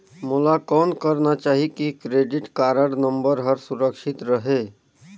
मोला कौन करना चाही की क्रेडिट कारड नम्बर हर सुरक्षित रहे?